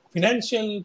Financial